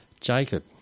Jacob